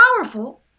powerful